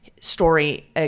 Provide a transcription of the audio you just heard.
story